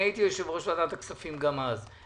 הייתי יושב ראש ועדת הכספים גם אז.